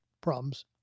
problems